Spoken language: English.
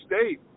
state